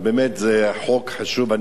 באמת, זה חוק חשוב.